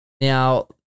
Now